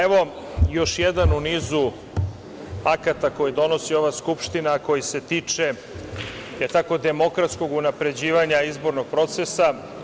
Evo još jedan u nizu akata koji donosi ova Skupština, a koji se tiče demokratskog unapređivanja izbornog procesa.